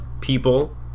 people